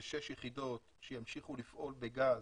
זה שש יחידות שימשיכו לפעול בגז